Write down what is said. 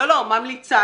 ממליצה.